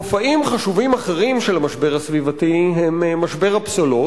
מופעים חשובים אחרים של המשבר הסביבתי הם משבר הפסולת,